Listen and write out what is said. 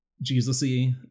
Jesus-y